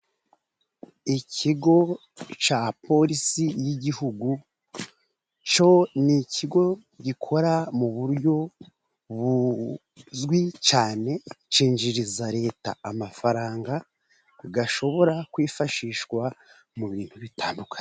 Ikigo cya polisi y'igihugu, cyo ni ikigo gikora mu buryo buzwi cyane cyinjiriza leta, amafaranga ashobora kwifashishwa mu bintu bitandukanye.